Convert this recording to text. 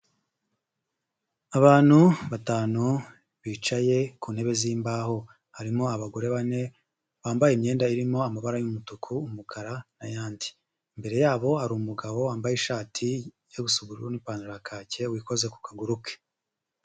Abantu batanu bicaye ku ntebe z'imbaho, harimo abagore bane bambaye imyenda irimo amabara y'umutuku, umukara n'ayandi. Imbere yabo hari umugabo wambaye ishati ijya gusa ubururu n'ipantaro ya kake wikoze ku kaguru ke.